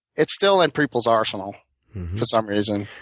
it's still in people's arsenal for some reason.